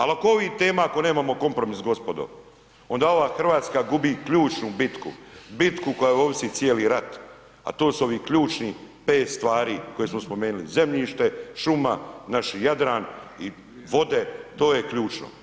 Ali ako oko ovih tema nemamo kompromis, gospodo, onda ova Hrvatska gubi ključnu bitku, bitku o kojoj ovisi cijeli rat, a to su ovi ključnih 5 stvari koje smo spomenuli, zemljište, šuma, naši Jadran, vode, to je ključno.